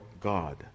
God